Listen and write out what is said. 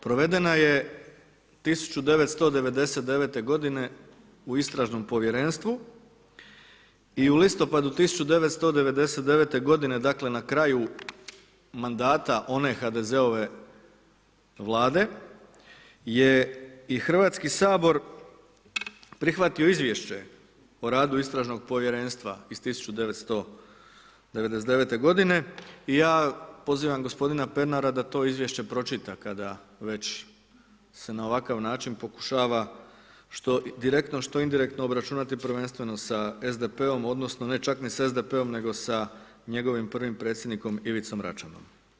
Provedena je 1999. g. u istražnom povjerenstvu i u listopadu 1999. g. dakle, na kraju mandata one HDZ-ove vlade, je i Hrvatski sabor prihvatio izvješće o radu istražnog povjerenstva iz 1990. g. i ja pozivam gospodina Pernara da to izvješće pročita kada već se na ovakav način pokušava, što direktno što indirektno obračunati prvenstveno sa SDP-om, odnosno, ne čak ni sa SDP-om nego sa njegovim prvim predsjednikom Ivicom Račanom.